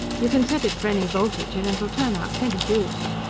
you can set it for any voltage and it'll turn out plenty juice!